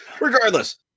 regardless